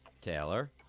Taylor